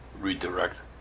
redirect